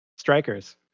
Strikers